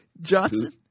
Johnson